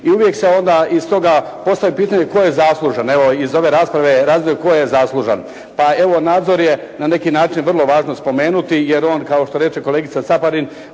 i uvijek se onda iz toga postavlja pitanje tko je zaslužan. Evo iz ove rasprave razlog je tko je zaslužan. Pa evo nadzor je na neki način vrlo važno spomenuti, jer on kao što reče kolegica Caparin